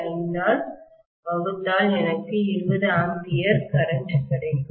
5 ஆல் வகுத்தால் எனக்கு 20 A கரண்ட் கிடைக்கும்